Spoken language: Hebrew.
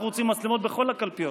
אנחנו רוצים מצלמות בכל הקלפיות.